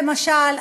למשל,